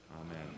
Amen